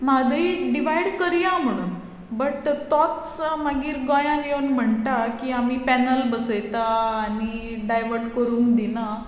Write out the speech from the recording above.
Mhadei divide करया म्हुणून but तोच मागीर गोंयांत येवन म्हणटा की आमी पॅनल बसयता आनी डायवट करूंक दिना